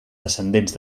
descendents